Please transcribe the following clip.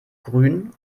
grün